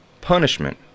Punishment